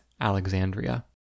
Alexandria